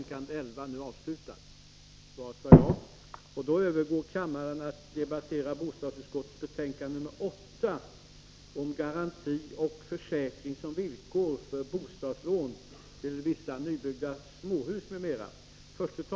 Kammaren övergår nu till att debattera bostadsutskottets betänkande 8 om garanti och försäkring som villkor för bostadslån till vissa nybyggda småhus m.m.